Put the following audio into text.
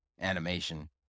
animation